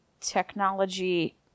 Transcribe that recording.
technology